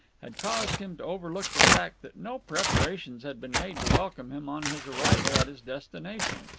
had caused him to overlook the fact that no preparations had been made to welcome him on his arrival at his destination.